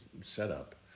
setup